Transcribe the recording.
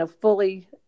fully